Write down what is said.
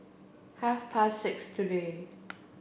half past six today